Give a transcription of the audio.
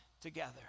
together